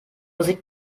musik